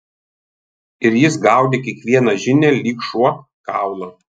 ir jis gaudė kiekvieną žinią lyg šuo kaulą